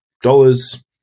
dollars